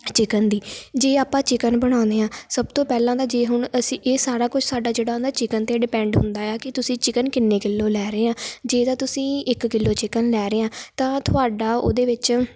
chicken ਦੀ ਜੇ ਆਪਾਂ ਚਿਕਨ ਬਣਾਉਂਦੇ ਆ ਸਭ ਤੋਂ ਪਹਿਲਾਂ ਤਾਂ ਜੇ ਹੁਣ ਅਸੀਂ ਇਹ ਸਾਰਾ ਕੁਛ ਸਾਡਾ ਜਿਹੜਾ ਹੁੰਦਾ ਚਿਕਨ 'ਤੇ ਡੀਪੈਂਡ ਹੁੰਦਾ ਹੈ ਆ ਕਿ ਤੁਸੀਂ ਚਿਕਨ ਕਿੰਨੇ ਕਿਲੋ ਲੈ ਰਹੇ ਹਾਂ ਜੇ ਤਾਂ ਤੁਸੀਂ ਇੱਕ ਕਿਲੋ ਚਿਕਨ ਲੈ ਰਹੇ ਹਾਂ ਤਾਂ ਤੁਹਾਡਾ ਉਹਦੇ ਵਿੱਚ